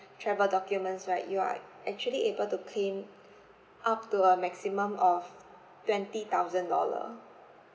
travel documents right you are actually able to claim up to a maximum of twenty thousand dollar